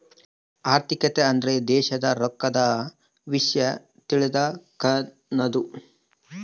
ಆರ್ಥಿಕತೆ ಅಂದ್ರ ದೇಶದ್ ರೊಕ್ಕದ ವಿಷ್ಯ ತಿಳಕನದು